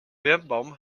birnbaum